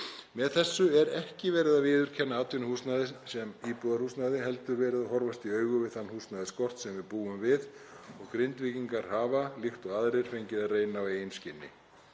Með þessu er ekki verið að viðurkenna atvinnuhúsnæði sem íbúðarhúsnæði heldur verið að horfast í augu við þann húsnæðisskort sem við búum við og Grindvíkingar hafa, líkt og aðrir, fengið að reyna á eigin skinni.